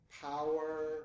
power